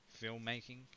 filmmaking